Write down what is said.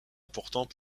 important